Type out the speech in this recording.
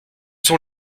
sont